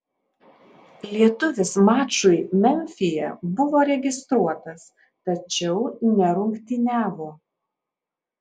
lietuvis mačui memfyje buvo registruotas tačiau nerungtyniavo